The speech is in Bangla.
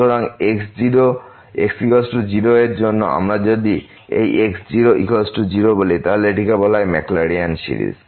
সুতরাং x 0 এর জন্য যদি আমরা এই x0 0বলি তাহলে এটিকে বলা হয় ম্যাকলোরিন সিরিজ